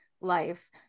life